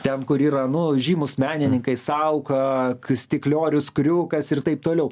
ten kur yra nu žymūs menininkai sauka stikliorius kriukas ir taip toliau